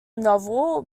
novel